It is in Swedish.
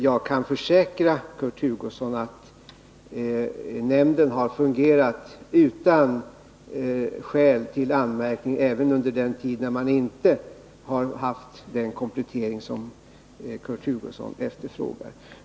Jag kan försäkra Kurt Hugosson att nämnden har fungerat utan skäl till anmärkning även under tiden före den komplettering som Kurt Hugosson efterfrågar.